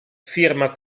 firma